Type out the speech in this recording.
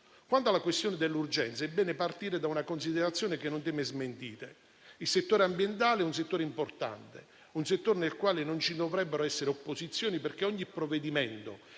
Quanto alla questione dell'urgenza, è bene partire da una considerazione che non tema smentite: quello ambientale è un settore importante, un settore nel quale non ci dovrebbero essere opposizioni, perché ogni provvedimento che va